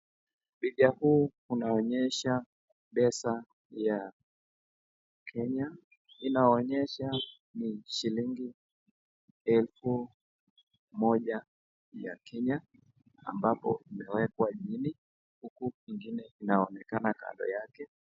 Picha huu unaonyesha pesa ya Kenya, inaonyesha ni shilingi elfu moja ya Kenya, ambapo imewekwa chini huku ingine inaonekana kando yake.